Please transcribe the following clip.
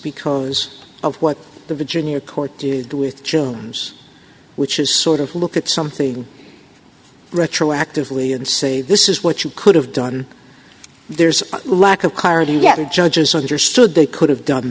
because of what the virginia court do with jones which is sort of look at something retroactively and say this is what you could have done there's a lack of clarity you get a judge's understood they could have done